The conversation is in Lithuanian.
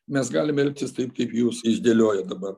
mes galim elgtis taip kaip jūs išdėliojot dabar